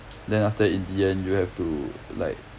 then after that in the end you have to like